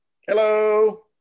Hello